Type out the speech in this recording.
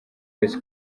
wese